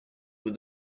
were